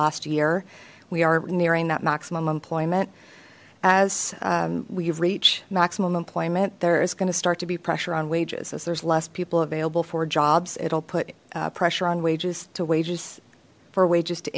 last year we are nearing that maximum employment as we reach maximum employment there is going to start to be pressure on wages as there's less people available for jobs it'll put pressure on wages to wages for wages to